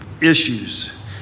issues